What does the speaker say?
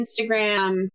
Instagram